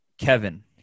Kevin